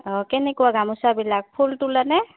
অঁ কেনেকুৱা গামোচাবিলাক ফুল তোলেনে